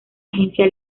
agencia